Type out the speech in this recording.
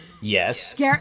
Yes